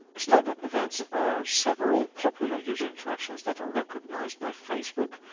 standard events are several popular user interactions that are recognized by facebook,